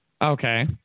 Okay